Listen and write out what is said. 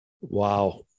Wow